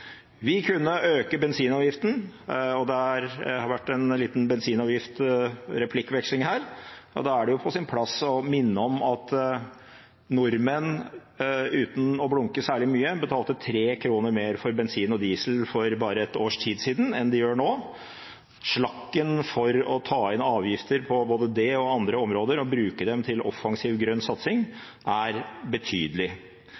Vi kunne økt bensinavgiften, og det har vært en liten bensinavgift-replikkveksling her. Da er det på sin plass å minne om at nordmenn uten å blunke særlig mye betalte tre kroner mer for bensin og diesel for bare et års tid siden enn de gjør nå. Slakken for å ta inn avgifter på både det og andre områder og bruke dem til offensiv grønn